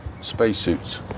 spacesuits